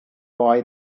boy